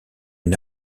une